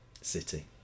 City